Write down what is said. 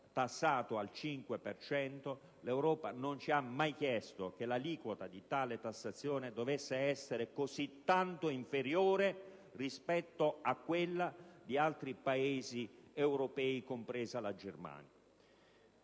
tassato al 5 per cento, che l'aliquota di tale tassazione dovesse essere così tanto inferiore rispetto a quella di altri Paesi europei, compresa la Germania.